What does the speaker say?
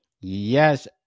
Yes